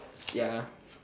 ya